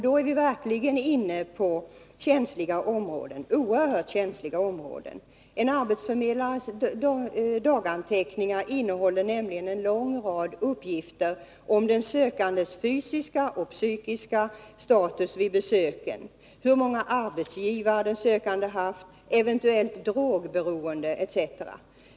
Då är vi verkligen inne på känsliga områden — oerhört känsliga områden. En arbetsförmedlares daganteckningar innehåller nämligen en lång rad uppgifter om den sökandes fysiska och psykiska status vid besöken, hur många arbetsgivare den sökande haft, eventuellt drogberoende etc.